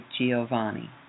Giovanni